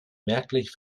merklich